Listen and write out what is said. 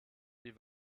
wie